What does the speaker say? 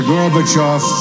Gorbachev